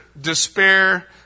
Despair